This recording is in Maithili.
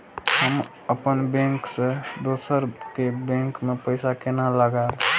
हम अपन बैंक से दोसर के बैंक में पैसा केना लगाव?